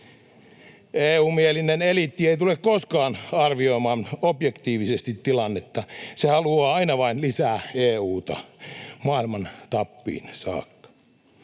EU-mielinen eliitti ei tule koskaan arvioimaan objektiivisesti tilannetta — se haluaa aina vain lisää EU:ta, maailman tappiin saakka.